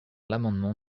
l’amendement